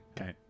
Okay